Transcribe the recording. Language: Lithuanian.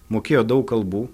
mokėjo daug kalbų